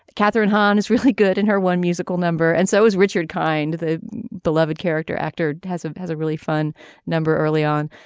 ah kathryn hahn is really good in her one musical number. and so as richard kind the beloved character actor has um had a really fun number early on.